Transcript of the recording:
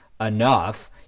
enough